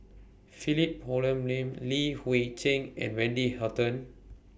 Philip Hoalim Lim Li Hui Cheng and Wendy Hutton